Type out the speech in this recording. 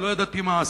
לא ידעתי מה עשיתי,